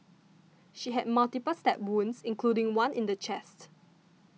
she had multiple stab wounds including one in the chest